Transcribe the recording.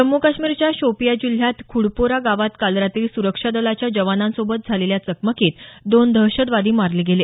जम्मू काश्मीरच्या शोपियां जिल्ह्यात खुडपोरा गावात काल रात्री सुरक्षा दलाच्या जवानांसोबत झालेल्या चकमकीत दोन दहशतवादी मारले गेले